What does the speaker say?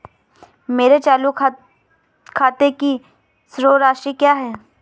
मेरे चालू खाते की शेष राशि क्या है?